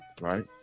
right